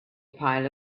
pile